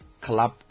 club